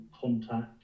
contact